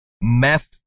meth